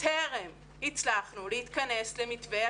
טרם הצלחנו להתכנס למתווה.